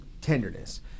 tenderness